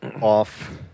off